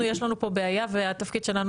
אבל אנחנו יש לנו פה בעיה והתפקיד שלנו